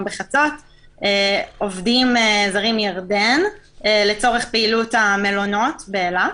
בחצות יוכלו להיכנס עובדים זרים מירדן לצורך פעילות המלונות באילת.